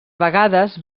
vegades